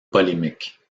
polémique